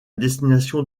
destination